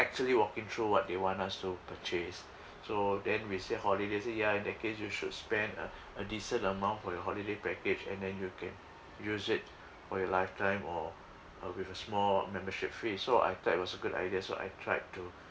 actually walking through what do they want us to purchase so then we say holidays they say ya in that case you should spend a a decent amount for your holiday package and then you can use it for your lifetime or uh with a small membership fee so I thought it was a good idea so I tried to